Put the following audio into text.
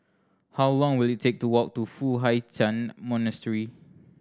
how long will it take to walk to Foo Hai Ch'an Monastery